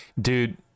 dude